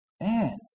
Man